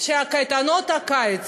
שקייטנות הקיץ,